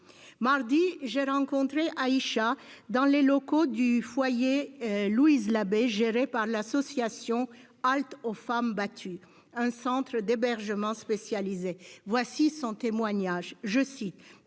dernier, j'ai rencontré Aïcha dans les locaux du foyer Louise Labé, géré par l'association Halte aide aux femmes battues, un centre d'hébergement spécialisé. Voici son témoignage :«